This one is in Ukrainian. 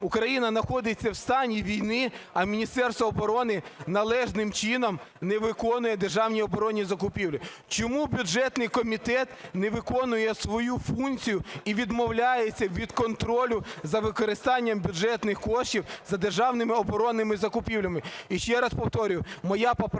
Україна находиться в стані війни, а Міністерство оброни належним чином не виконує державні оборонні закупівлі; чому бюджетний комітет не виконує свою функцію і відмовляється від контролю за використанням бюджетних коштів за державними оборонними закупівлями? І ще раз повторюю, моя поправка